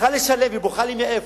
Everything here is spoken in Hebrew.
צריכה לשלם, היא בוכה לי, מאיפה,